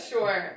Sure